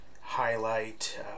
highlight